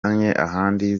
ahandi